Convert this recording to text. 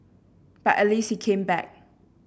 but at least he came back